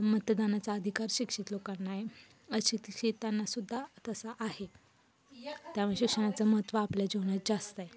मतदानाचा अधिकार शिक्षित लोकांना आहे अशिक्षितांना सुद्धा तसा आहे त्यामुळे शिक्षणाचं महत्त्व आपल्या जीवनात जास्त आहे